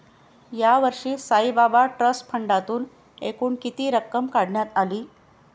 यावर्षी साईबाबा ट्रस्ट फंडातून एकूण किती रक्कम काढण्यात आली?